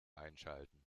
einschalten